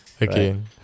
Again